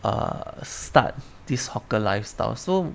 err start this hawker lifestyle so